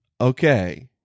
Okay